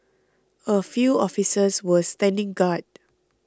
a few officers were standing guard